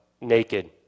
naked